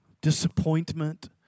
disappointment